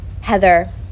heather